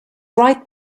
right